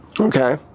Okay